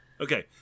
Okay